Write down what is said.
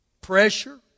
Pressure